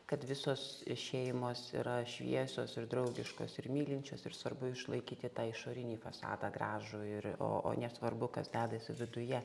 kad visos šeimos yra šviesos ir draugiškos ir mylinčios ir svarbu išlaikyti tą išorinį fasadą gražų ir o o nesvarbu kas dedasi viduje